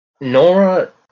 Nora